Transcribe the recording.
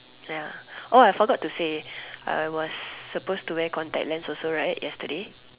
ya oh I forgot to say I was suppose to wear contact lens also right yesterday